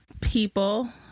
people